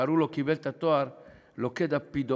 קראו לו, והוא קיבל את התואר "לוכד הפדופילים".